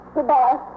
Goodbye